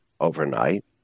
overnight